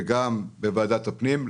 וגם בוועדת הפנים.